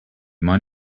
mind